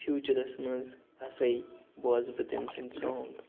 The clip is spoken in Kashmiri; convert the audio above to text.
فیوٗچَرَس منٛز ہسا بوزٕ بہٕ تٔمۍ سٕنٛدۍ سانٛگ